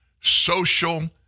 Social